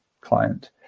client